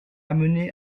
amené